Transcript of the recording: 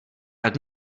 tak